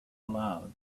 aloud